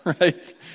right